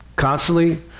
Constantly